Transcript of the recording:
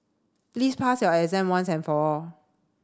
please pass your exam once and for all